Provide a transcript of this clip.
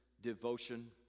devotion